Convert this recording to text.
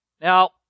Now